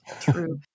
true